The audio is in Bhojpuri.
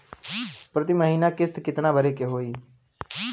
प्रति महीना किस्त कितना भरे के होई?